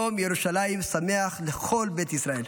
יום ירושלים שמח לכל בית ישראל.